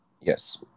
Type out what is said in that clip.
Yes